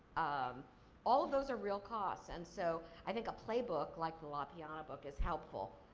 um all of those are real costs and so, i think a playbook like the la piana book is helpful.